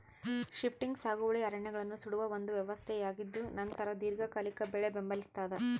shifting ಸಾಗುವಳಿ ಅರಣ್ಯಗಳನ್ನು ಸುಡುವ ಒಂದು ವ್ಯವಸ್ಥೆಯಾಗಿದ್ದುನಂತರ ದೀರ್ಘಕಾಲಿಕ ಬೆಳೆ ಬೆಂಬಲಿಸ್ತಾದ